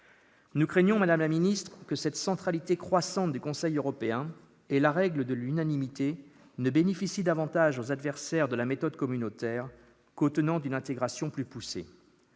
nous craignons que la centralité croissante du Conseil européen et la règle de l'unanimité ne bénéficient davantage aux adversaires de la méthode communautaire qu'aux tenants d'une intégration plus poussée.